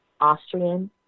Austrian